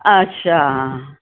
अच्छा